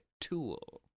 tool